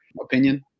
opinion